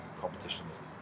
competitions